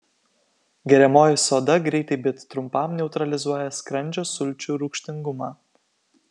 geriamoji soda greitai bet trumpam neutralizuoja skrandžio sulčių rūgštingumą